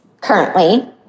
currently